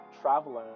traveling